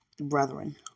Brethren